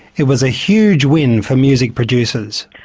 it was a huge win for music producers.